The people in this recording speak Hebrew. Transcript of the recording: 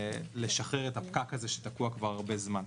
ולשחרר את הפקק הזה שתקוע כבר הרבה זמן.